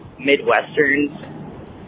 Midwesterns